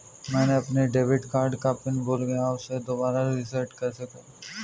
मैंने अपने debit card का पिन भूल गई, उसे दोबारा रीसेट कैसे करूँ?